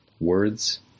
words